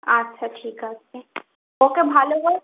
আচ্ছা ঠিক আছে ওকে ভালো করে